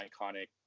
iconic